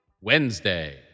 Wednesday